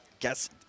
Guess